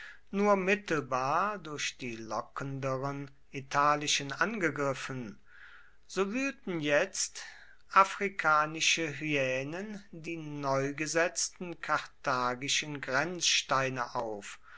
nur mittelbar durch die lockenderen italischen angegriffen so wühlten jetzt afrikanische hyänen die neugesetzten karthagischen grenzsteine auf